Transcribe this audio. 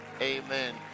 Amen